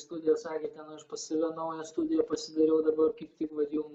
studiją sakė ten aš pas save naują studiją pasidariau dabar kaip tik vat jum